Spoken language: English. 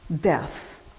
death